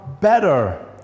better